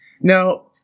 Now